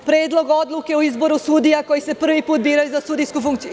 Predlog odluke o izboru sudija koji se prvi put biraju za sudijsku funkciju.